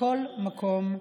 מכל מקום,